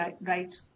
right